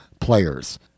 players